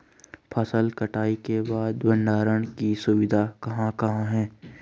फसल कटाई के बाद भंडारण की सुविधाएं कहाँ कहाँ हैं?